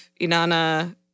Inanna